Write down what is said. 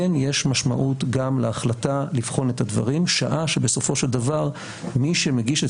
כן יש משמעות גם להחלטה לבחון את הדברים שעה שבסופו של דבר מי שמגיש את